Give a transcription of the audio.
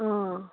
ꯑꯥ